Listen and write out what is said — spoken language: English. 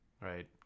Right